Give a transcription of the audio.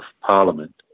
Parliament